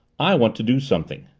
i want to do something.